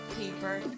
paper